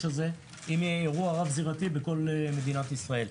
הזה אם יהיה אירוע רב-זירתי בכל מדינת ישראל.